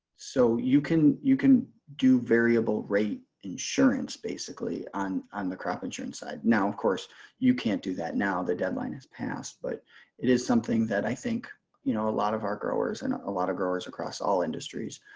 so you can you can do variable rate insurance basically on um the crop insurance side. now of course you can't do that now. the deadline has passed. but it is something that i think you know a lot of our growers and a lot of growers across all industries,